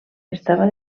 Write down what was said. estava